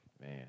Man